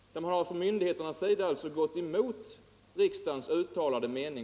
Myndigheterna har alltså gått emot riksdagens uttalade mening.